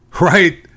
Right